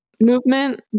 movement